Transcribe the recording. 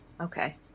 Okay